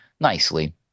nicely